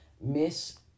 miss